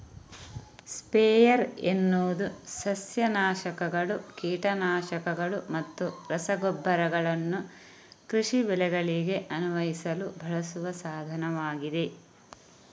sprayer ಎನ್ನುವುದು ಸಸ್ಯ ನಾಶಕಗಳು, ಕೀಟ ನಾಶಕಗಳು ಮತ್ತು ರಸಗೊಬ್ಬರಗಳನ್ನು ಕೃಷಿ ಬೆಳೆಗಳಿಗೆ ಅನ್ವಯಿಸಲು ಬಳಸುವ ಸಾಧನವಾಗಿದೆ